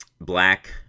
Black